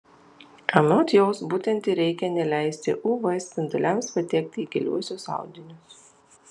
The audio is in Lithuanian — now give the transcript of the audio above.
anot jos būtent ir reikia neleisti uv spinduliams patekti į giliuosius audinius